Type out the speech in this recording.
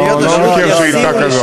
לא ראיתי שאילתה כזאת.